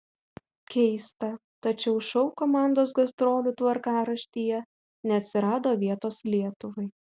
keista tačiau šou komandos gastrolių tvarkaraštyje neatsirado vietos lietuvai